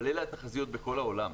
אבל אלו התחזיות בכל העולם.